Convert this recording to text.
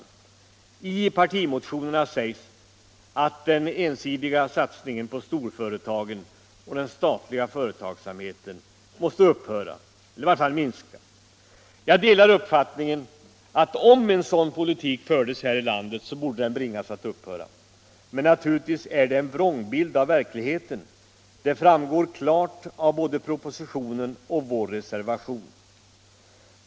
I de borgerliga partimotionerna sägs att den ensidiga satsningen på storföretagen och den statliga företagsamheten måste upphöra — i varje fall minska. Jag delar uppfattningen att om en sådan politik fördes här i landet så borde den bringas att upphöra. Men naturligtvis är det en vrångbild av verkligheten. Det framgår klart av både propositionen och vår reservation.